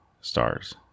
stars